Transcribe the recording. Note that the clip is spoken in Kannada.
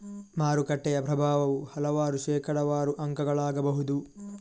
ಮಾರುಕಟ್ಟೆಯ ಪ್ರಭಾವವು ಹಲವಾರು ಶೇಕಡಾವಾರು ಅಂಕಗಳಾಗಬಹುದು